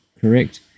correct